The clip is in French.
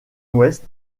ouest